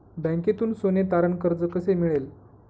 बँकेतून सोने तारण कर्ज कसे मिळेल?